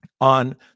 on